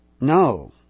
No